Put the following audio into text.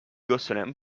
gosselin